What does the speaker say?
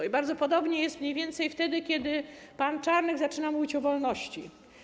I bardzo podobnie jest mniej więcej wtedy, kiedy pan Czarnek zaczyna mówić o wolności.